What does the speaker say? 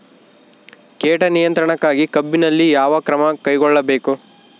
ಕೇಟ ನಿಯಂತ್ರಣಕ್ಕಾಗಿ ಕಬ್ಬಿನಲ್ಲಿ ಯಾವ ಕ್ರಮ ಕೈಗೊಳ್ಳಬೇಕು?